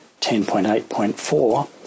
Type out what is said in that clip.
10.8.4